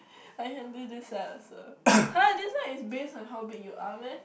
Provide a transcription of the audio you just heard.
I can do this one also (huh) this one is based on how big you are meh